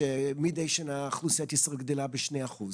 ראינו שכשהרכבות לא נסעו איזה שקט היה שם.